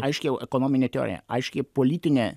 aiškią ekonominę teoriją aiškią politinę